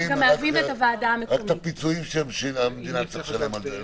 תחשוב רק על הפיצויים שהמדינה תצטרך לשלם על זה.